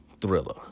thriller